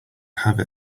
have